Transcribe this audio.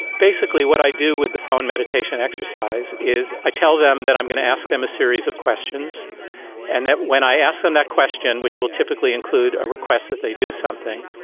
basically what i do with the phone meditation exercise is i tell them that i'm going to ask them a series of questions and that when i ask them that question, which will typically include a request that they do something,